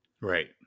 Right